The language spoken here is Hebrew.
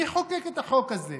מי חוקק את החוק הזה?